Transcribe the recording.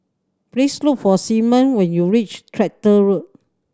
please look for Simeon when you reach Tractor Road